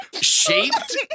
shaped